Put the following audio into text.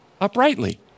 uprightly